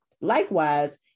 Likewise